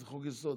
זה חוק-יסוד.